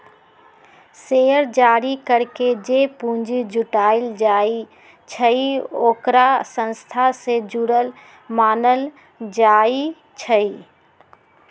share जारी करके जे पूंजी जुटाएल जाई छई ओकरा संस्था से जुरल मानल जाई छई